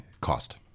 cost